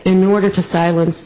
in order to silence